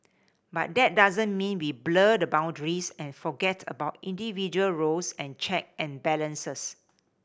but that doesn't mean we blur the boundaries and forget about individual roles and check and balances